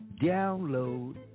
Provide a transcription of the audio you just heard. Download